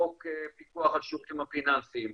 חוק פיקוח על השירותים הפיננסיים,